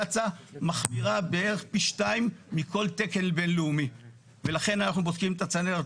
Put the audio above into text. קצא"א מחמירה בערך פי-2 מכל תקן בינלאומי ולכן אנחנו בודקים את הצנרת,